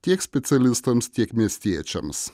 tiek specialistams tiek miestiečiams